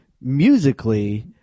musically